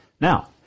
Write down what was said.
Now